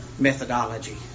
Methodology